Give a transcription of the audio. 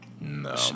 No